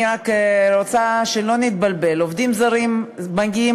אני רק רוצה שלא נתבלבל: עובדים זרים מגיעים